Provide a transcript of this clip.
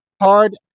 hard